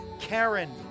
Karen